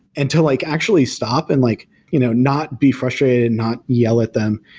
and to like actually stop and like you know not be frustrated and not yell at them,